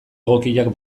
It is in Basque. egokiak